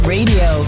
Radio